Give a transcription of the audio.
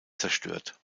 zerstört